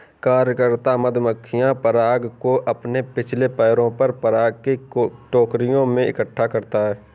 कार्यकर्ता मधुमक्खियां पराग को अपने पिछले पैरों पर पराग की टोकरियों में इकट्ठा करती हैं